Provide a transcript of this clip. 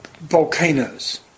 volcanoes